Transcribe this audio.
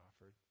offered